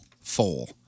Full